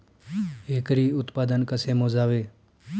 एकरी उत्पादन कसे मोजावे?